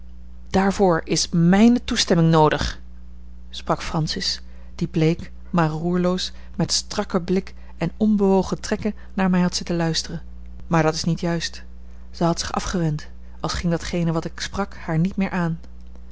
daarvoor is mijne toestemming noodig sprak francis die bleek maar roerloos met strakken blik en onbewogen trekken naar mij had zitten luisteren maar dat is niet juist zij had zich afgewend als ging datgene wat ik sprak haar niet meer aan